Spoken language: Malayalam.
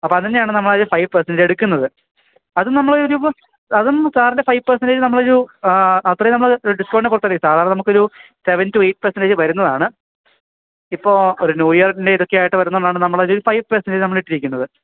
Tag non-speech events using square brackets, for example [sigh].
അപ്പോള് അതുതന്നെയാണ് നമ്മളത് ഫൈവ് പെര്സന്റേജ് എടുക്കുന്നത് അതും നമ്മളൊരു അതും സാറിൻ്റെ ഫൈവ് പെര്സന്റേജ് നമ്മളൊരു അത്രയും നമ്മള് ഡിസ്കൗണ്ട് [unintelligible] നമുക്കൊരു സെവൻ ടു എയിറ്റ് പെർസെന്റേജ് വരുന്നതാണ് ഇപ്പോള് ഒരു ന്യൂ ഇയറിൻ്റെ ഇതൊക്കെയായിട്ട് വരുന്നതുകൊണ്ടാണ് നമ്മളൊരു ഫൈവ് പെര്സന്റേജ് നമ്മളിട്ടിരിക്കുന്നത്